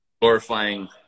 glorifying